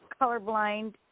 colorblind